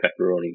pepperoni